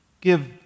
Give